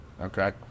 okay